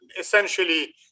essentially